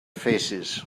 faces